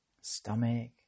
stomach